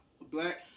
Black